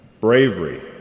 bravery